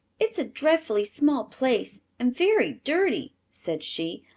it's a dreadfully small place and very dirty, said she.